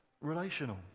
relational